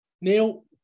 Neil